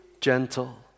gentle